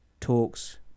talks